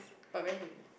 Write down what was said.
but very heavy